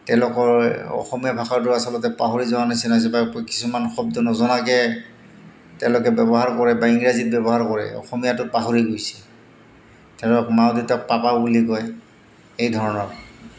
তেওঁলোকৰ অসমীয়া ভাষাটোৰ আচলতে পাহৰি যোৱা নিচিনা হৈছে বা কিছুমান শব্দ নজনাকৈ তেওঁলোকে ব্যৱহাৰ কৰে বা ইংৰাজীত ব্যৱহাৰ কৰে অসমীয়াটো পাহৰি গৈছে ধৰক মা দেউতাক পাপা বুলি কয় এই ধৰণৰ